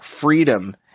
freedom